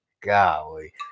Golly